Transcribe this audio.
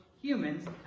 humans